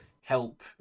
help